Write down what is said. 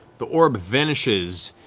the orb vanishes,